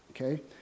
Okay